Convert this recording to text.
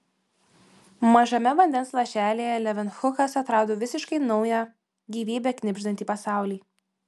mažame vandens lašelyje levenhukas atrado visiškai naują gyvybe knibždantį pasaulį